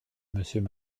monsieur